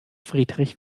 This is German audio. friedrich